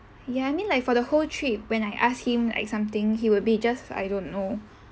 ya I mean like for the whole trip when I ask him like something he will be just I don't know